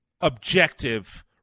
objective